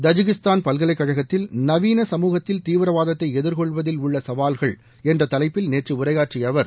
Tajikistan பல்கலைக்கழகத்தில் நவீன சமூகத்தில் தீவிரவாதத்தை எதிர்கொள்வதில் உள்ள சவால்கள் என்ற தலைப்பில் நேற்று உரையாற்றிய அவர்